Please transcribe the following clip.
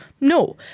No